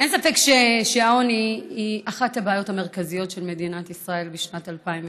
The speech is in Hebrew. אין ספק שהעוני הוא אחת הבעיות המרכזיות של מדינת ישראל בשנת 2018,